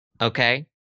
Okay